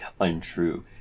untrue